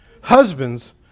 husbands